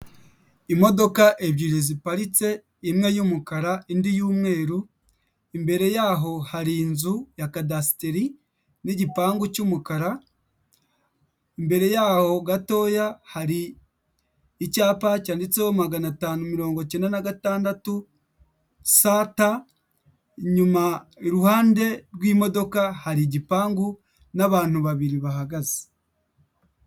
Imodoka ebyiri ziparitse imwe y'umukara indi y'umweru, imbere yaho hari inzu ya kadasiteri n'igipangu cy'umukara, imbere yaho gatoya hari icyapa cyanditseho magana atanu mirongo icyenda na gatandatu sa, ta, inyuma iruhande rw'imodoka hari igipangu n'abantu babiri bahagaze.